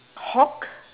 Hulk